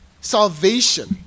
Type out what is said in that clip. salvation